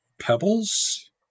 pebbles